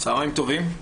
צוהריים טובים.